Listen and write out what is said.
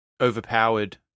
overpowered